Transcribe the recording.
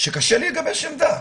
שקשה לי לגבש עמדה,